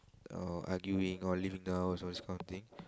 or arguing or leaving the house all this kind of thing